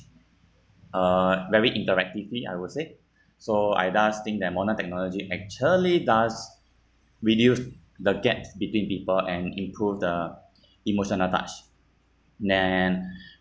uh very interactively I would say so I thus think that modern technology actually does reduce the gaps between people and improve the emotional touch then